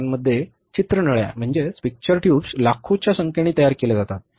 तैवानमध्ये चित्र नळ्या लाखोंच्या संख्येने तयार केल्या जातात